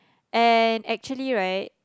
and actually right